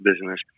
business